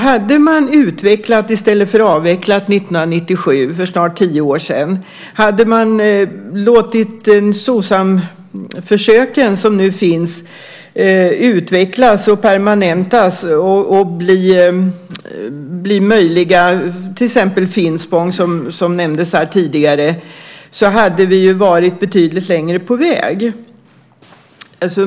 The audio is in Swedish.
Hade man utvecklat i stället för att avveckla 1997, för snart tio år sedan, och hade man låtit Socsamförsöken som nu finns utvecklas, permanentas och bli möjliga, till exempel i Finspång som nämndes här tidigare, hade vi varit betydligt längre på väg.